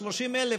30,000,